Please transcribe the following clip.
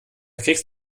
kriegst